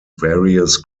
various